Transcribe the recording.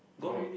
oh